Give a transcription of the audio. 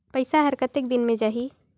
पइसा हर कतेक दिन मे जाही?